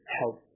help